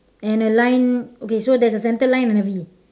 and a line okay so there's a center line and a V